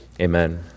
Amen